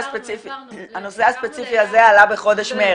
הנושא הספציפי הזה עלה בחודש מרץ.